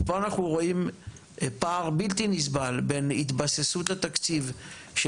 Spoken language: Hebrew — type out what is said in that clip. פה אנחנו רואים פער בלתי נסבל בין התבססות התקציב של